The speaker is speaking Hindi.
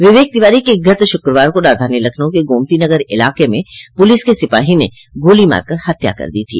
विवेक तिवारी की गत शुक्रवार को राजधानी लखनऊ के गामतीनगर इलाके में पुलिस के सिपाहो ने गोली मार कर हत्या कर दी थी